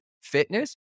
fitness